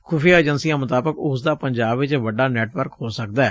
ਖੁਫੀਆ ਏਜੰਸੀਆਂ ਮੁਤਾਬਕ ਉਸ ਦਾ ਪੰਜਾਬ ਚ ਵੱਡਾ ਨੈਟਵਰਕ ਹੋ ਸਕਦੈ